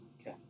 Okay